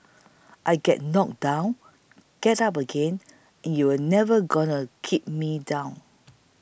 I get knocked down get up again you're never gonna keep me down